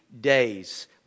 days